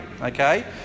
Okay